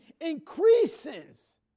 increases